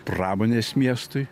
pramonės miestui